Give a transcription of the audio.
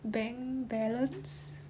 bank balance